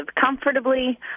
comfortably